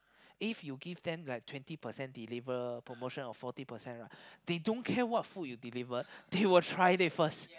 if you give them like twenty percent deliver promotion or forty percent right they don't care what food you deliver they will try it first